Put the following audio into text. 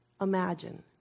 Imagine